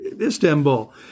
Istanbul